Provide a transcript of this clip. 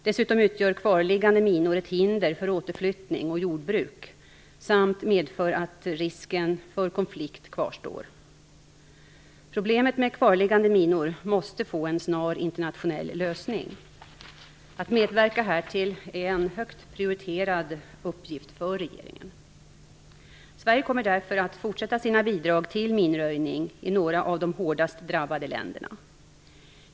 Dessutom utgör kvarliggande minor ett hinder för återflyttning och jordbruk samt medför att risken för konflikt kvarstår. Problemet med kvarliggande minor måste få en snar internationell lösning. Att medverka härtill är en högt prioriterad uppgift för regeringen. Sverige kommer därför att fortsätta sina bidrag till minröjning i några av de hårdast drabbade länderna.